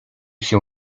się